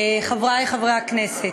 חברי חברי הכנסת,